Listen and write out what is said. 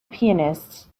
pianist